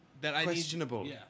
questionable